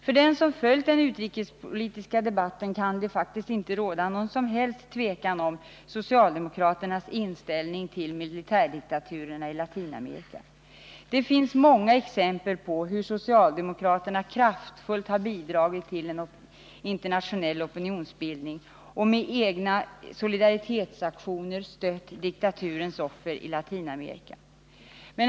För den som har följt den utrikespolitiska debatten kan det faktiskt inte råda något som helst tvivel om socialdemokraternas inställning till militärdiktaturerna i Latinamerika. Det finns många exempel på hur socialdemokraterna kraftfullt har bidragit till en internationell opinionsbildning och med egna solidaritetsaktioner stött diktaturens offer i Latinamerika.